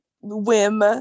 whim